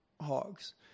hogs